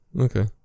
Okay